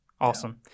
Awesome